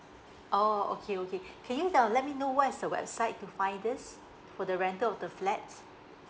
oh okay okay can you uh let me know what is the website to find this for the rental of the flat